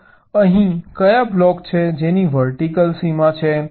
તો અહીં કયા બ્લોક છે જેની વર્ટિકલ સીમા છે